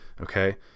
Okay